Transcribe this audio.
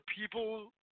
people